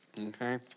Okay